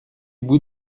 bout